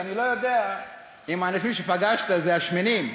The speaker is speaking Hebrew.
אז אני לא יודע אם האנשים שפגשת הם השמנים,